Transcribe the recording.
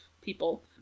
people